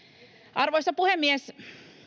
arvoisa puhemies